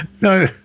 No